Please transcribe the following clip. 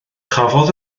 cafodd